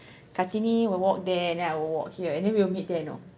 Kartini will walk there and I walk here and then we will meet there you know